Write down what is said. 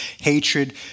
hatred